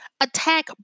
attack